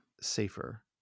safer